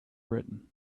britain